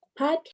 podcast